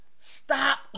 stop